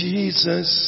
Jesus